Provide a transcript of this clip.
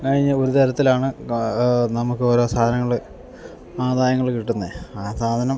കഴിഞ്ഞ് ഒരു തരത്തിലാണ് നമുക്കോരോ സാധനങ്ങൾ ആദായങ്ങൾ കിട്ടുന്നത് ആ സാധനം